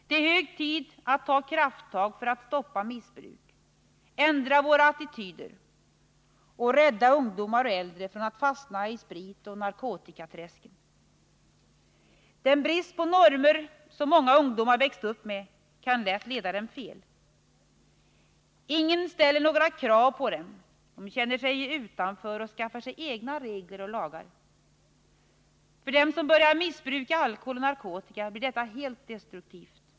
Det är hög tid att ta krafttag för att stoppa missbruk, ändra våra attityder och rädda ungdomar och äldre från att fastna i spritoch narkotikaträsken. Den brist på normer som många ungdomar växt upp med kan lätt leda dem fel. Ingen ställer några krav på dem. De känner sig utanför och skaffar sig egna regler och lagar. För dem som börjar missbruka alkohol och narkotika blir detta helt destruktivt.